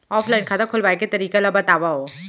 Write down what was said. Offline खाता खोलवाय के तरीका ल बतावव?